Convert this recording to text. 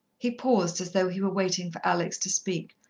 he paused, as though he were waiting for alex to speak,